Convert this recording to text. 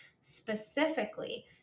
specifically